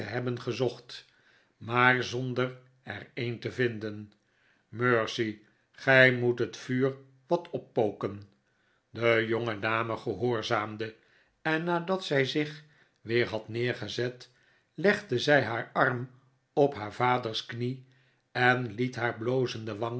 hebben gezocht maar zonder er een te vinden mercy gij moest het vuur wat oppoken de jongedame gehoorzaamde en nadat zij zich weer had neergezet legde zij haar arm op haar vaders knie en liet haar blozende